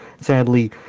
Sadly